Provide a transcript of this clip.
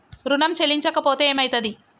ఋణం చెల్లించకపోతే ఏమయితది?